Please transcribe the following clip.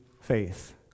faith